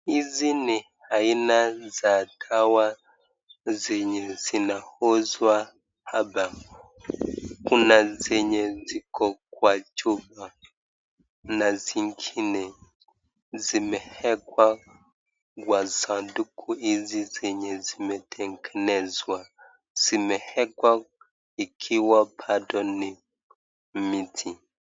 Hizi ni aina za dawa zenye zinauzwa hapa. Kuna zenye ziko kwa chupa na zingine zimewekwa kwa sanduku hizi zenye zimetengenezwa zimewekwa ikiwa bado ni mbichi.